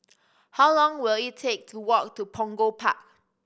how long will it take to walk to Punggol Park